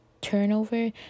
turnover